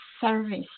service